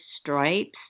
Stripes